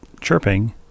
chirping